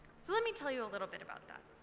so let me tell you a little bit about that.